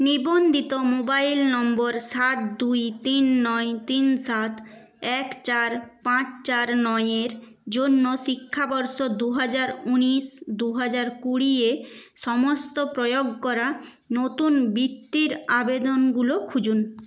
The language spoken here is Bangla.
নিবন্ধিত মোবাইল নম্বর সাত দুই তিন নয় তিন সাত এক চার পাঁচ চার নয়ের জন্য শিক্ষাবর্ষ দু হাজার ঊনিশ দু হাজার কুড়ি এ সমস্ত প্রয়োগ করা নতুন বৃত্তির আবেদনগুলো খুঁজুন